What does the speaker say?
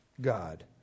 God